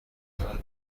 hören